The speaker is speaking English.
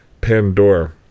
Pandora